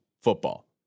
football